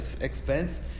expense